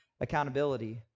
accountability